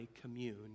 commune